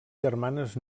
germanes